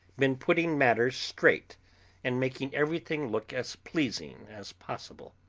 been putting matters straight and making everything look as pleasing as possible.